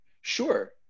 sure